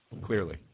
clearly